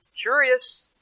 Curious